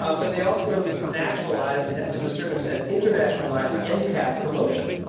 um but they also nationalize, and to a certain extent, internationalize end cap promotion.